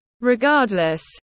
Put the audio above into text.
Regardless